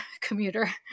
Commuter